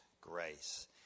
grace